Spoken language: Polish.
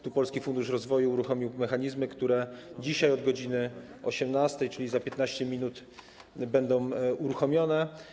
Tu Polski Fundusz Rozwoju uruchomił mechanizmy, które dzisiaj od godz. 18, czyli za 15 minut, będą uruchomione.